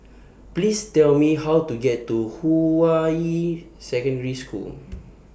Please Tell Me How to get to Hua Yi Secondary School